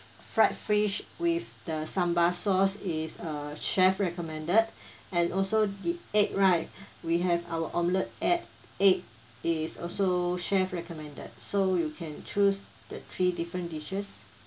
fried fish with the sambal sauce is a chef recommended and also the egg right we have our omelette at egg is also chef recommended so you can choose the three different dishes